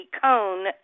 cone